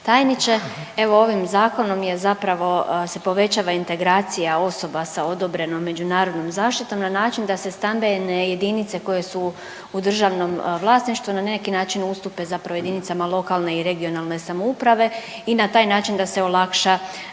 tajniče, evo ovim zakonom je zapravo se povećava integracija osoba sa odobrenom međunarodnom zaštitom na način da se stambene jedinice koje su u državnom vlasništvu na neki način ustupe zapravo jedinicama lokalne i regionalne samouprave i na taj način da se olakša